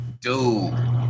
Dude